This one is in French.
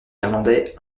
irlandais